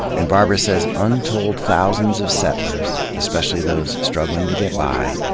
and barbara says untold thousands of settlers, especially those struggling to get by,